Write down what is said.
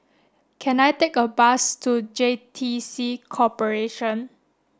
can I take a bus to J T C Corporation